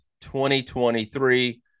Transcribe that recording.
2023